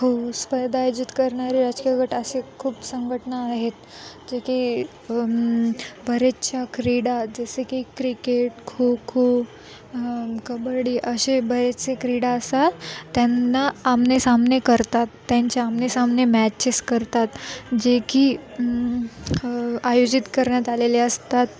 हो स्पर्धा आयोजित करणारे राजकीय गट असे खूप संघटना आहेत जे की बरेचशा क्रीडा जसे की क्रिकेट खो खो कबड्डी असे बरेचसे क्रीडा असतात त्यांना आमनेसामने करतात त्यांचे आमनेसामने मॅचेस करतात जे की आयोजित करण्यात आलेले असतात